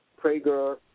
Prager